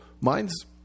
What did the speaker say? mine's